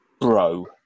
bro